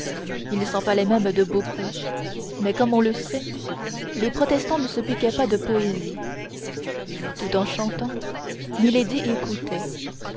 il s'en fallait même de beaucoup mais comme on le sait les protestants ne se piquaient pas de poésie tout en chantant milady écoutait